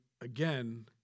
again